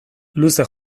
luze